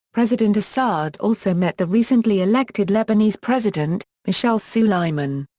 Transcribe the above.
president assad also met the recently elected lebanese president, michel suleiman.